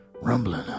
rumbling